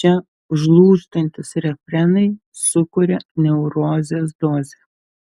čia užlūžtantys refrenai sukuria neurozės dozę